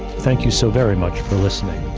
thank you so very much for listening